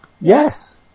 yes